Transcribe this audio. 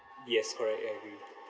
yes correct I agree